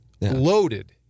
loaded